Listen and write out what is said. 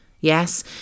Yes